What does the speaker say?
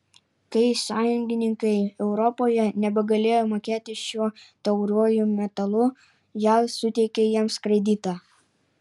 kai sąjungininkai europoje nebegalėjo mokėti šiuo tauriuoju metalu jav suteikė jiems kreditą